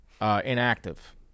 inactive